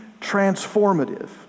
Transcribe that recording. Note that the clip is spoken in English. transformative